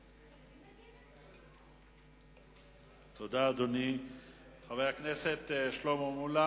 הממתינים לקבלת תאריכי דיון מחד גיסא ולסגירת דוחות בשל התיישנות מאידך